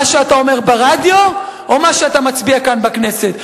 מה שאתה אומר ברדיו או מה שאתה מצביע כאן בכנסת.